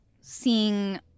seeing